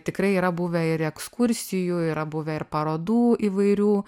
tikrai yra buvę ir ekskursijų yra buvę ir parodų įvairių